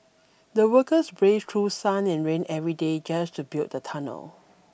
the workers braved through sun and rain every day just to build the tunnel